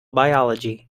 biology